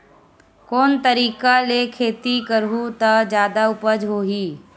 कोन तरीका ले खेती करहु त जादा उपज होही?